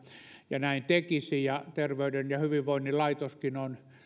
ja näin tekisi ja terveyden ja hyvinvoinnin laitoskin on